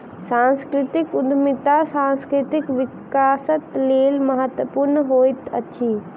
सांस्कृतिक उद्यमिता सांस्कृतिक विकासक लेल महत्वपूर्ण होइत अछि